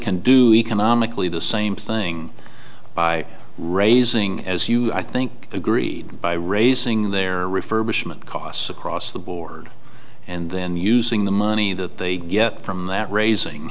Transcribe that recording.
can do economically the same thing by raising as you i think agreed by raising their refer bushman costs across the board and then using the money that they get from that raising